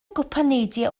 gwpaneidiau